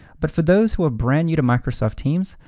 but for those who are brand new to microsoft teams,